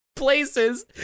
Places